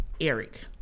Eric